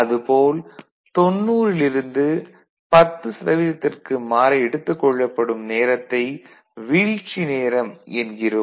அது போல் 90 ல் இருந்து 10 சதவீதத்திற்கு மாற எடுத்துக் கொள்ளப்படும் நேரத்தை வீழ்ச்சி நேரம் என்கிறோம்